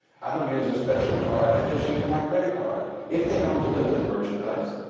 i don't use a special card. i just use my credit card. if they don't deliver the merchandise,